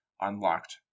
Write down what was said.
unlocked